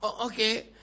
okay